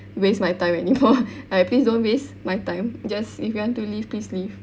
waste my time anymore like please don't waste my time just if you want to leave please leave